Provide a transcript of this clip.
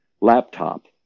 laptop